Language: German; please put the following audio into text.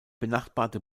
benachbarte